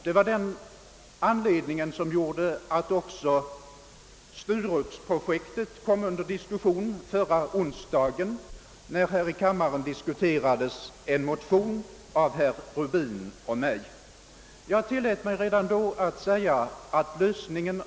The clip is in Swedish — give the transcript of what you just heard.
Det var det som gjorde att också Sturup-projektet kom under diskussion förra onsdagen, när vi här i kammaren diskuterade en motion av herr Rubin och mig beträffande storflygplatsens läge.